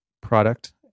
product